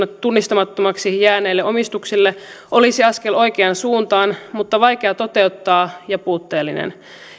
tunnistamattomaksi jääneelle omistukselle olisi askel oikeaan suuntaan mutta vaikea toteuttaa ja puutteellinen